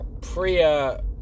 Priya